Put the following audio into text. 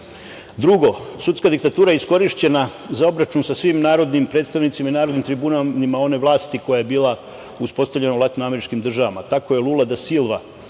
sudska diktatura je iskorišćena za obračun sa svim narodnim predstavnicima i narodnim tribunima one vlasti koja je bila uspostavljena u latinoameričkim državama. Tako je Lula da Silva